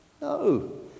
No